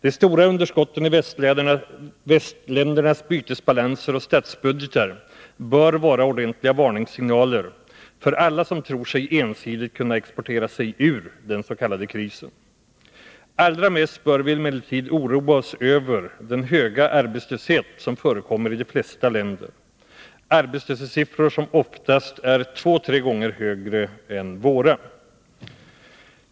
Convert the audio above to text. De stora underskotten i västländernas bytesbalanser och statsbudgetar bör vara ordentliga varningssignaler för alla som tror sig ensidigt kunna exportera sig ur den s.k. krisen. Allra mest bör vi emellertid oroa oss över den höga arbetslöshet som förekommer i de flesta länder. Arbetslöshetssiffrorna är oftast två tre gånger högre än våra.